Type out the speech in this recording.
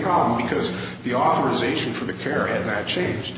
problem because the authorization for the care that changed